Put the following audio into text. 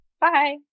Bye